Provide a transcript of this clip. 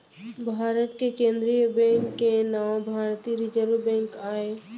भारत के केंद्रीय बेंक के नांव भारतीय रिजर्व बेंक आय